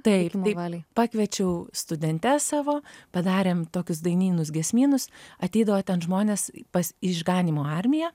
taip tai pakviečiau studentes savo padarėm tokius dainynus giesmynus ateidavo ten žmonės pas išganymo armija